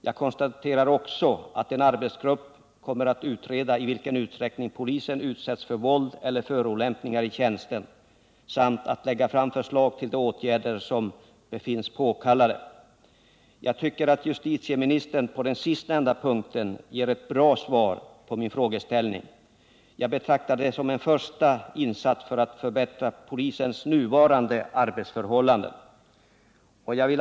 Jag kan också konstatera att en arbetsgrupp kommer att utreda i vilken utsträckning polisen utsätts för våld eller förolämpningar i tjänsten. Arbetsgruppen kommer också att lägga fram förslag till de åtgärder som befinns påkallade. Jag finner att justitieministern på den sistnämnda punkten ger ett bra svar på min fråga. Jag betraktar det som en första insats i arbetet för att förbättra polisens nuvarande arbetsförhållanden.